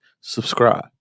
Subscribe